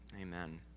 Amen